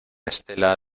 estela